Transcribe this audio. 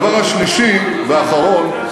והדבר השלישי והאחרון,